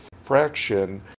Fraction